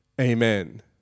amen